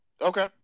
okay